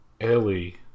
Ellie